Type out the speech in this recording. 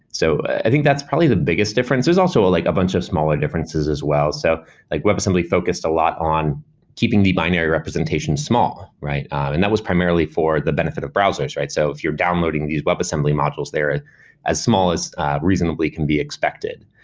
so i think that's probably the biggest difference. there's also ah like a bunch of smaller differences as well. so like web assembly focused a lot on keeping the binary representations small, and that was primarily for the benefit of browsers. so if you're downloading these web assembly modules there and as small as reasonably can be expected.